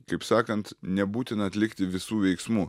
kaip sakant nebūtina atlikti visų veiksmų